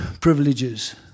privileges